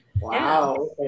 Wow